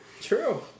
True